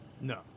No